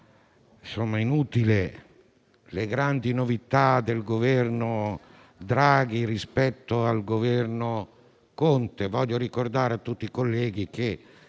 riguardante le grandi novità del Governo Draghi rispetto al Governo Conte. Voglio ricordare a tutti i colleghi che